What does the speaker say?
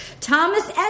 Thomas